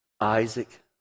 Isaac